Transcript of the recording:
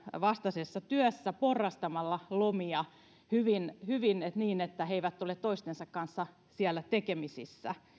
vastaisessa työssä porrastamalla lomia hyvin hyvin niin että he eivät ole toistensa kanssa siellä tekemisissä